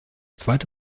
zweite